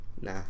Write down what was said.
Nah